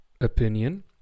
opinion